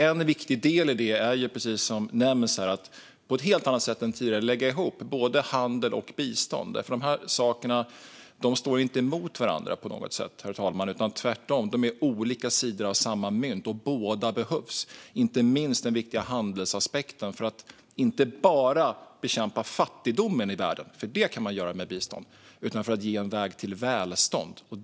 En viktig del i det är, precis som nämns här, att på ett helt annat sätt än tidigare lägga ihop handel och bistånd. De sakerna står inte emot varandra på något sätt, herr talman. De är tvärtom olika sidor av samma mynt. Båda behövs. Det handlar inte minst om den viktiga handelsaspekten, inte bara för att bekämpa fattigdomen i världen, för det kan man göra med bistånd, utan för att ge en väg till välstånd.